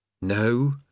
No